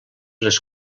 les